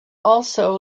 also